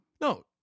No